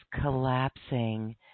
collapsing